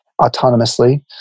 autonomously